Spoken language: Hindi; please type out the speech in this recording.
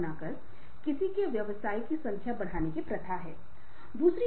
नतीजतन अधीनस्थों - को निरंकुश महसूस हुआ